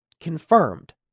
confirmed